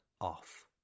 off